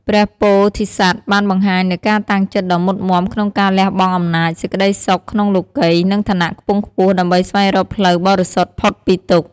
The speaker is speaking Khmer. ព្រះពោធិសត្វបានបង្ហាញនូវការតាំងចិត្តដ៏មុតមាំក្នុងការលះបង់អំណាច សេចក្តីសុខក្នុងលោកិយ និងឋានៈខ្ពង់ខ្ពស់ ដើម្បីស្វែងរកផ្លូវបរិសុទ្ធផុតពីទុក្ខ។